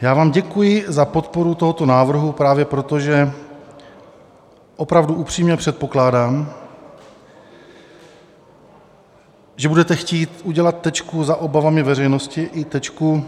Já vám děkuji za podporu tohoto návrhu právě proto, že opravdu upřímně předpokládám, že budete chtít udělat tečku za obavami veřejnosti i tečku